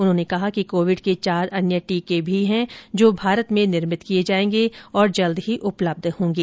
उन्होंने कहा कि कोविड के चार अन्य टीके भी हैं जो भारत में निर्मित किए जाएंगे और शीघ्र ही उपलब्ध होंगे